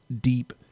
deep